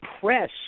press –